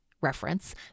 reference